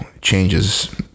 changes